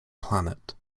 planet